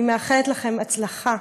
אני מאחלת לכם הצלחה.